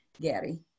Gary